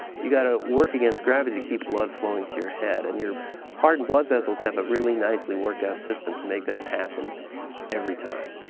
you got to work against gravity keep blood flowing to your head. and your heart and blood vessels have a really nicely worked-out system to make that happen every time.